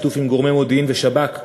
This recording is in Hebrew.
בשיתוף עם גורמי מודיעין ושב"כ,